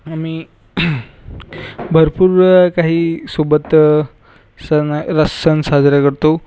आम्ही भरपूर काही सोबत सण आहे र सण साजरे करतो